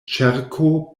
ĉerko